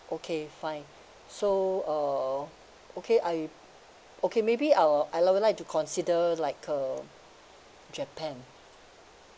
okay fine so uh okay I okay maybe I'll I would like to consider like um japan